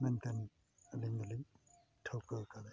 ᱢᱮᱱᱛᱮᱫ ᱟᱹᱞᱤᱧ ᱫᱚᱞᱤᱧ ᱴᱷᱟᱹᱣᱠᱟᱹᱣᱟᱠᱟᱫᱟ